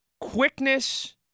quickness